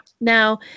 Now